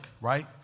right